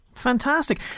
fantastic